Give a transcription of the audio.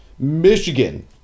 Michigan